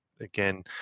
Again